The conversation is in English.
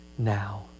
Now